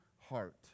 heart